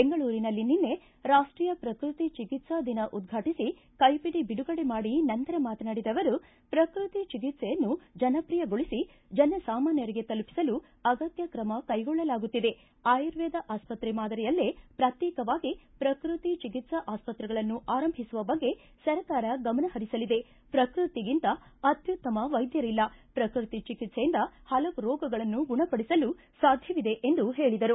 ಬೆಂಗಳೂರಿನಲ್ಲಿ ನಿನ್ನೆ ರಾಷ್ಷೀಯ ಪ್ರಕೃತಿ ಚಿಕಿತ್ಸಾ ದಿನ ಉದ್ದಾಟಿಸಿ ಕೈಪಿಡಿ ಬಿಡುಗಡೆ ಮಾಡಿ ನಂತರ ಮಾತನಾಡಿದ ಅವರು ಪ್ರಕೃತಿ ಚಿಕಿತ್ಸೆಯನ್ನು ಜನಪ್ರಿಯಗೊಳಿಸಿ ಜನ ಸಾಮಾನ್ಯರಿಗೆ ತಲುಪಿಸಲು ಅಗತ್ಯ ಕ್ರಮ ಕೈಗೊಳ್ಳಲಾಗುತ್ತಿದೆ ಆಯುರ್ವೇದ ಆಸ್ಪತ್ರೆ ಮಾದರಿಯಲ್ಲೇ ಪ್ರಕ್ಷೇಕವಾಗಿ ಪ್ರಕ್ಕತಿ ಚಿಕಿತ್ತಾ ಆಸ್ತತ್ರೆಗಳನ್ನು ಆರಂಭಿಸುವ ಬಗ್ಗೆ ಸರ್ಕಾರ ಗಮನ ಪರಿಸಲಿದೆ ಪ್ರಕೃತಿಗಿಂತ ಅತ್ಯುತ್ತಮ ವೈದ್ಯರಿಲ್ಲ ಪ್ರಕೃತಿ ಚಿಕಿತ್ಲೆಯಿಂದ ಪಲವು ರೋಗಗಳನ್ನು ಗುಣಪಡಿಸಲು ಸಾಧ್ಯವಿದೆ ಎಂದು ಹೇಳಿದರು